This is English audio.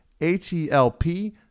H-E-L-P